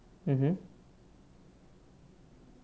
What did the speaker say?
mmhmm